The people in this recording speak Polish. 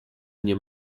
nie